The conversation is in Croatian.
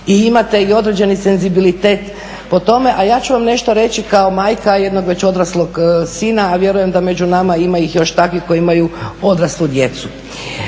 i imate određeni senzibilitet po tome. A ja ću vam nešto reći kao majka jednog već odraslog sina a vjerujem da među nama ima ih još takvih koji imaju odraslu djecu.